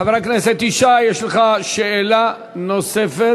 חבר הכנסת ישי, יש לך שאלה נוספת?